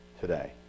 today